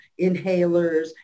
inhalers